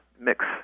mix